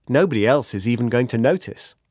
nobody else is even going to notice.